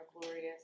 glorious